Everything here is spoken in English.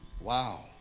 Wow